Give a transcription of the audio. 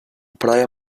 praia